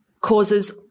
causes